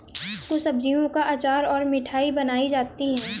कुछ सब्जियों का अचार और मिठाई बनाई जाती है